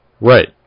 Right